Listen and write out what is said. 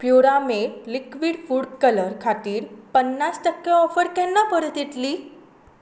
प्युरामेट liquid food colour खातीर पन्नास टक्के ऑफर केन्ना परत येतली